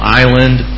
island